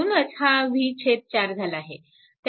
म्हणूनच हा v4 झाला आहे